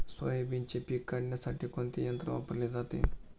सोयाबीनचे पीक काढण्यासाठी कोणते यंत्र वापरले जाते?